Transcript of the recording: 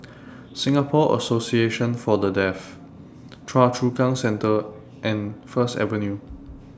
Singapore Association For The Deaf Choa Chu Kang Central and First Avenue